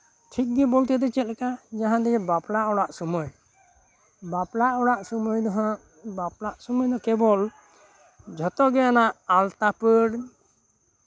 ᱴᱷᱤᱠ ᱜᱮ ᱵᱚᱞᱛᱮ ᱫᱚ ᱪᱮᱫ ᱞᱮᱠᱟ ᱡᱟᱦᱟᱸ ᱵᱟᱯᱞᱟ ᱚᱲᱟᱜ ᱥᱚᱢᱚᱭ ᱵᱟᱯᱞᱟ ᱚᱲᱟᱜ ᱥᱚᱢᱚᱭ ᱫᱚᱦᱟᱸᱜ ᱵᱟᱯᱞᱟᱜ ᱥᱚᱢᱚᱭ ᱫᱚ ᱠᱮᱵᱚᱞ ᱡᱷᱚᱛ ᱜᱮ ᱚᱱᱟ ᱟᱞᱛᱟ ᱯᱟᱹᱲ